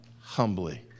humbly